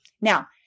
now